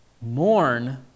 mourn